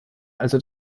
also